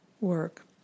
work